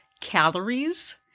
calories